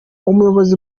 umuyobozi